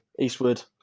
Eastwood